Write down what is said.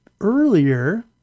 earlier